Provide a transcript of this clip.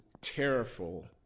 terrible